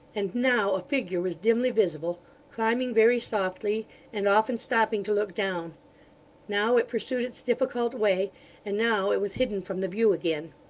and now a figure was dimly visible climbing very softly and often stopping to look down now it pursued its difficult way and now it was hidden from the view again.